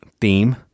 theme